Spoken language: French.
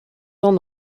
tant